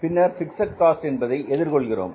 பின்னர் fixed cost என்பதை எதிர்கொள்கிறோம்